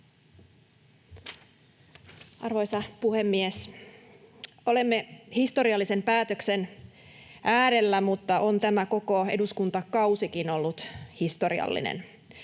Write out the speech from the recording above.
Arvoisa puhemies! Olemme historiallisen päätöksen äärellä, mutta on tämä koko eduskuntakausikin ollut historiallinen.